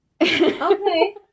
Okay